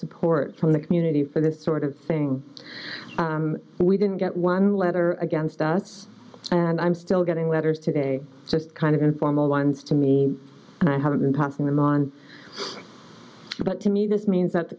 support from the community for this sort of thing we didn't get one letter against us and i'm still getting letters today just kind of informal ones to me and i have been tossing them on but to me this means that the